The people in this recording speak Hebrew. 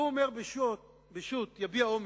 הוא אומר בשו"ת "יביע אומר",